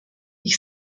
ich